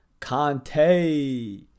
Conte